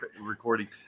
recording